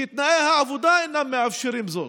כי תנאי העבודה אינם מאפשרים זאת.